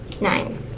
Nine